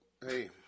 hey